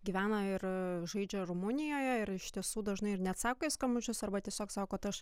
gyvena ir žaidžia rumunijoje ir iš tiesų dažnai ir neatsako į skambučius arba tiesiog sako tai aš